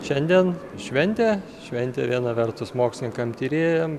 šiandien šventė šventė viena vertus mokslininkam tyrėjam